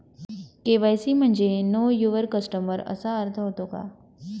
KYC म्हणजे know your customer असा अर्थ होतो का?